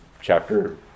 chapter